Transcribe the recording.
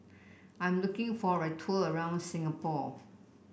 I'm looking for a tour around Singapore